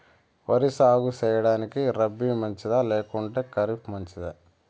వరి సాగు సేయడానికి రబి మంచిదా లేకుంటే ఖరీఫ్ మంచిదా